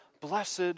Blessed